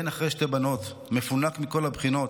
בן אחרי שתי בנות, מפונק מכל הבחינות,